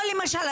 או למשל,